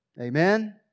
Amen